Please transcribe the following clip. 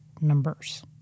numbers